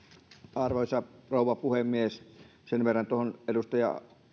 arvoisa rouva puhemies sen verran tuosta edustaja